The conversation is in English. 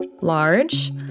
large